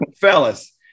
fellas